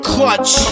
Clutch